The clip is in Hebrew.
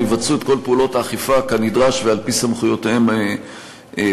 ויבצעו את כל פעולות האכיפה כנדרש ועל-פי סמכויותיהם בחוק.